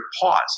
pause